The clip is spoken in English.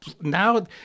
now